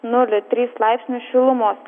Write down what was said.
nulį tris laipsnius šilumos